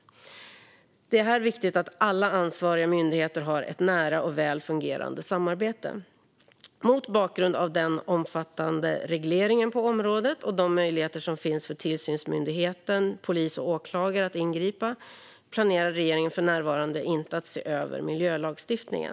Det är här viktigt att alla ansvariga myndigheter har ett nära och väl fungerande samarbete. Mot bakgrund av den omfattande regleringen på området och de möjligheter som finns för tillsynsmyndighet, polis och åklagare att ingripa planerar regeringen för närvarande inte att se över miljölagstiftningen.